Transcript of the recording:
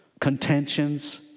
contentions